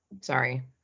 Sorry